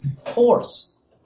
horse